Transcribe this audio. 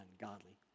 ungodly